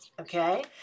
Okay